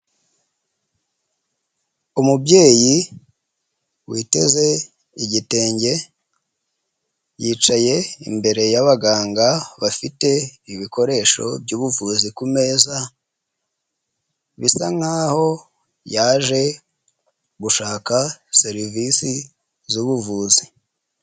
Umubyeyi witeze igitenge, yicaye imbere y'aba ganga bafite ibikoresho by'ubuvuzi ku meza bisa nk'aho yaje gushaka serivisi z'ubuvuzi.